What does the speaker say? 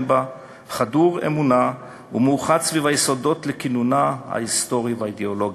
בה חדור אמונה ומאוחד סביב היסודות לכינונה ההיסטורי והאידיאולוגי.